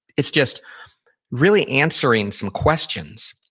it's just really answering some questions